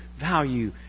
value